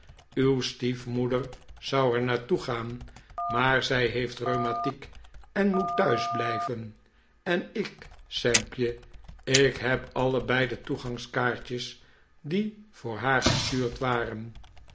uw stiefmoeder zou er naar toe gaan maar zij heeft rheumatiek en moet thuisblijven en ik sampje ik heb allebei de toegangkaartjes die voor haar gestuurd waren